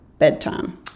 bedtime